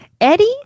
Eddie